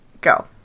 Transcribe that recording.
Go